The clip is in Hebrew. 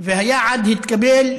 והיעד התקבל,